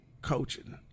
coaching